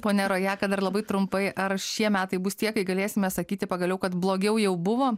ponia rojaka dar labai trumpai ar šie metai bus tie kai galėsime sakyti pagaliau kad blogiau jau buvo